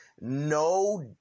no